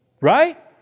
right